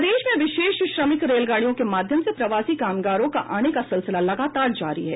प्रदेश में विशेष श्रमिक रेलगाड़ियों के माध्यम से प्रवासी कामगारों का आने का सिलसिला लगातार जारी है